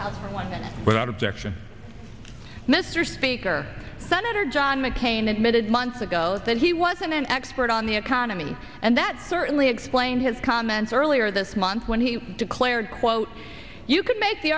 our one without objection mr speaker senator john mccain admitted months ago that he was an expert on the economy and that certainly explains his comments earlier this month when he declared quote you could make the